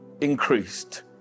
increased